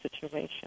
situation